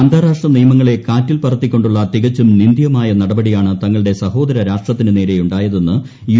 അന്താരാഷ്ട്ര നീയ്മങ്ങളെ കാറ്റിൽ പറത്തിക്കൊണ്ടുള്ള തികച്ചും നിന്ദ്യവുമൂായ നടപടിയാണ് തങ്ങളുടെ സഹോദര രാഷ്ട്രത്തിന് നേരെയ്ക്കുണ്ട്ടായതെന്ന് യു